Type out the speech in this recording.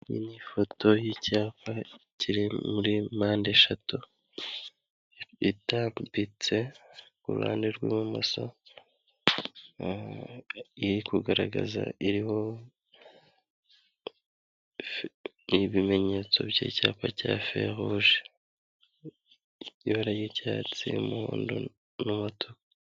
Iyi ni ifoto y'icyapa kiri muri mpande eshatu itambitse ku ruhande rw'ibumoso iri kugaragaza iriho n'ibimenyetso by'icyapa cya feruje mu ibara ry'icyatsi, umuhondo n'umutuku.